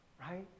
right